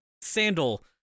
sandal